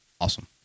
Awesome